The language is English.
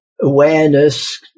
awareness